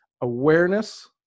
awareness